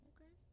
Okay